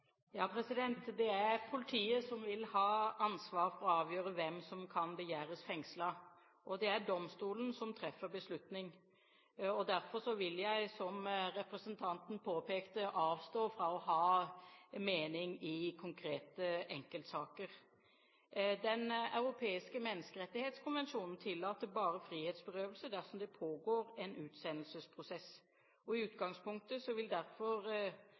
Det er politiet som vil ha ansvaret for å avgjøre hvem som kan begjæres fengslet, og det er domstolen som treffer beslutning. Derfor vil jeg, som representanten påpekte, avstå fra å ha en mening i konkrete enkeltsaker. Den europeiske menneskerettighetskonvensjonen tillater bare frihetsberøvelse dersom det pågår en utsendelsesprosess, og i utgangspunktet vil derfor